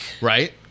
Right